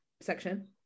section